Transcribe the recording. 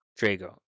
Drago